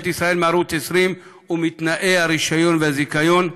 ישראל מערוץ 20 ומתנאי הרישיון והזיכיון,